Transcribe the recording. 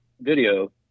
video